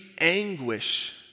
anguish